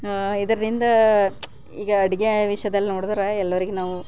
ಇದರಿಂದ ಈಗ ಅಡುಗೆ ವಿಷ್ಯದಲ್ಲಿ ನೋಡಿದರೆ ಎಲ್ಲರಿಗೆ ನಾವು